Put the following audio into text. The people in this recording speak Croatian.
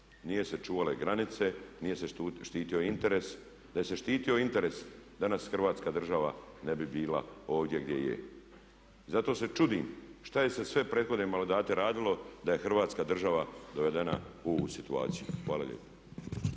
nije se čuvale granice, nije se štitio interes, da se štitio interes danas Hrvatska država ne bi bila ovdje gdje je. Zato se čudim što je se sve sa prethodnim mandati radilo da je Hrvatska država dovedena u ovu situaciju. Hvala lijepa.